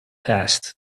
passed